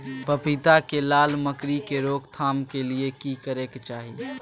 पपीता मे लाल मकरी के रोक थाम के लिये की करै के चाही?